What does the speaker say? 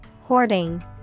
Hoarding